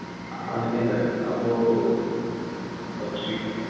അങ്ങനെയാണ് അപ്പോൾ ഓക്കേ